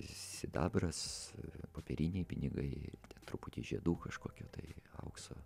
sidabras popieriniai pinigai truputį žiedų kažkokio tai aukso